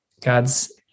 God's